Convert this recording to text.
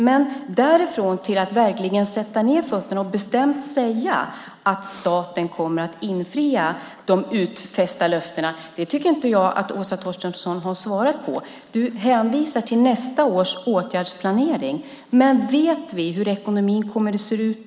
Men sedan när det gäller att verkligen sätta ned foten och bestämt säga att staten kommer att infria givna löften tycker jag inte att du, Åsa Torstensson, har svarat. Du hänvisar till nästa års åtgärdsplanering. Men vet vi hur ekonomin då kommer att se ut?